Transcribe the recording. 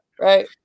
right